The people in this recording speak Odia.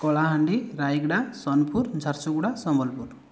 କଳାହାଣ୍ଡି ରାୟଗଡ଼ା ସୋନପୁର ଝାରସୁଗୁଡ଼ା ସମ୍ବଲପୁର